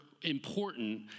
important